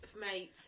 Mate